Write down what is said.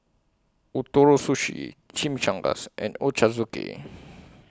Ootoro Sushi Chimichangas and Ochazuke